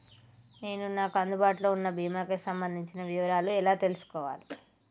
నేను నాకు అందుబాటులో ఉన్న బీమా కి సంబంధించిన వివరాలు ఎలా తెలుసుకోవాలి?